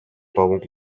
pavón